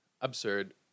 Absurd